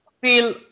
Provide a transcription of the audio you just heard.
Feel